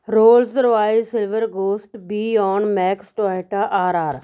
Rolls Royce Silver Ghost B on Max Toyota R R